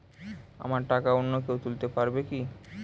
আমার টাকা অন্য কেউ তুলতে পারবে কি?